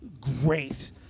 great